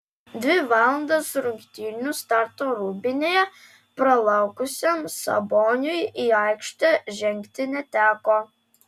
dvi valandas rungtynių starto rūbinėje pralaukusiam saboniui į aikštę žengti neteko